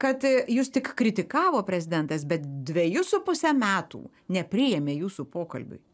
kad jus tik kritikavo prezidentas bet dvejus su puse metų nepriėmė jūsų pokalbiui